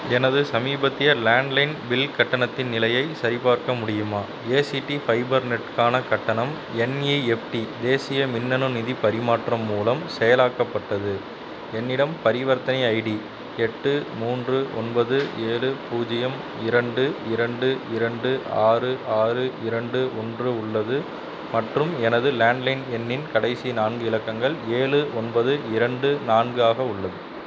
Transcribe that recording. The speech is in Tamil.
எனது சமீபத்திய லேண்ட்லைன் பில் கட்டணத்தின் நிலையை சரிபார்க்க முடியுமா ஏசிடி ஃபைபர் நெட்டுக்கான கட்டணம் என்ஏஎஃப்டி தேசிய மின்னணு நிதி பரிமாற்றம் மூலம் செயலாக்கப்பட்டது என்னிடம் பரிவர்த்தனை ஐடி எட்டு மூன்று ஒன்பது ஏழு பூஜ்ஜியம் இரண்டு இரண்டு இரண்டு ஆறு ஆறு இரண்டு ஒன்று உள்ளது மற்றும் எனது லேண்ட்லைன் எண்ணின் கடைசி நான்கு இலக்கங்கள் ஏழு ஒன்பது இரண்டு நான்காக உள்ளது